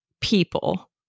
people